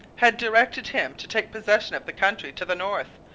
had directed him to take possession of the country to the north,